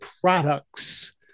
products